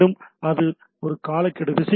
அது ஒரு காலக்கெடு விஷயமும் இருக்கிறது